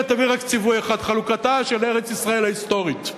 תביא רק ציווי אחד: חלוקתה של ארץ-ישראל ההיסטורית,